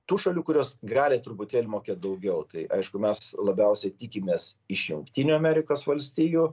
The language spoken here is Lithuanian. tų šalių kurios gali truputėlį mokėt daugiau tai aišku mes labiausiai tikimės iš jungtinių amerikos valstijų